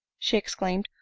she exclaimed.